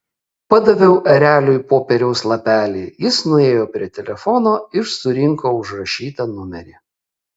padaviau ereliui popieriaus lapelį jis nuėjo prie telefono ir surinko užrašytą numerį